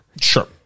Sure